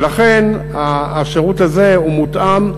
ולכן השירות הזה הוא מותאם,